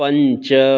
पञ्च